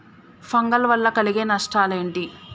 Fungal వల్ల కలిగే నష్టలేంటి?